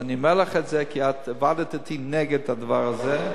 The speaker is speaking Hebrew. ואני אומר לך את זה כי את עבדת אתי נגד הדבר הזה,